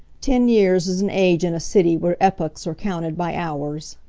ten years is an age in a city where epochs are counted by hours.